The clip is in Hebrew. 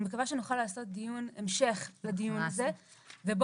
אני מקווה שנוכל לעשות דיון המשך לדיון הזה ובו